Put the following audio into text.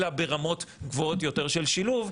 אלא ברמות גבוהות יותר של שילוב,